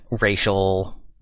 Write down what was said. racial